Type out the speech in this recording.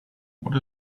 what